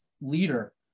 leader